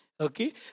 okay